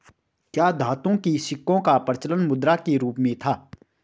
क्या धातुओं के सिक्कों का प्रचलन मुद्रा के रूप में था?